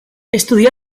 estudià